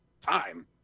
time